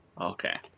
Okay